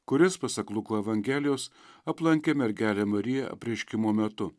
kuris pasak luko evangelijos aplankė mergelę mariją apreiškimo metu